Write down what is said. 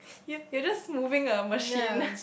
you you are just moving a machine